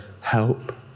help